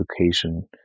education